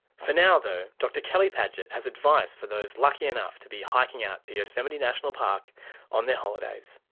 for now though, dr kerry padgett has advice for those lucky enough to be hiking out to yosemite national park on their holidays.